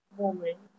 moment